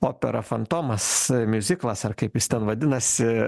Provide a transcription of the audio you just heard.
operą fantomas miuziklas ar kaip jis ten vadinasi